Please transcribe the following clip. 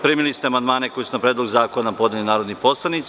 Primili ste amandmane koje su na Predlog zakona podneli narodni poslanici.